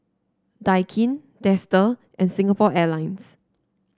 Daikin Dester and Singapore Airlines